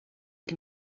can